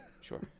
Sure